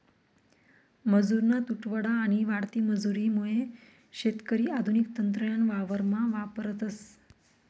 मजुरना तुटवडा आणि वाढती मजुरी मुये शेतकरी आधुनिक तंत्रज्ञान वावरमा वापरतस